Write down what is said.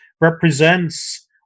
represents